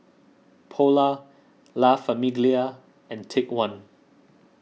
Polar La Famiglia and Take one